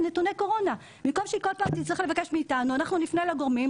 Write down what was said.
נתוני קורונה במקום שהיא כל פעם תצטרך לבקש מאתנו אנחנו נפנה לגורמים,